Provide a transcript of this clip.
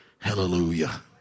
Hallelujah